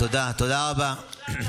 תודה רבה.